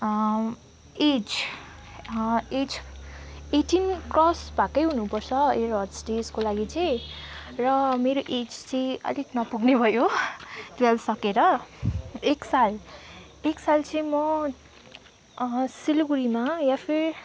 as age eighteen cross भएकै हुनुपर्छ air होस्टेजको लागि चाहिँ र मेरो एज चाहिँ अलिक नपुग्ने भयो ट्वेल्भ सकेर एक साल एक साल चाहिँ म सिलगढीमा या फिर